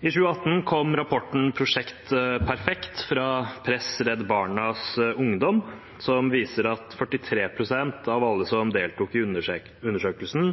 I 2018 kom rapporten Prosjekt perfekt fra Press – Redd Barna Ungdom, som viser at 43 pst. av alle som deltok i undersøkelsen,